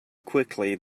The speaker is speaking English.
quickly